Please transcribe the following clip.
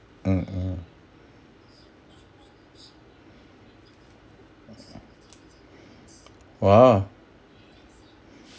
mm mm !wow!